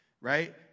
right